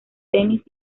tenis